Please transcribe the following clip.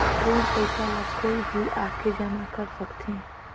ऋण पईसा ला कोई भी आके जमा कर सकथे?